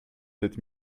sept